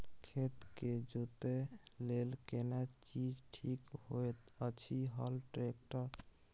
खेत के जोतय लेल केना चीज ठीक होयत अछि, हल, ट्रैक्टर?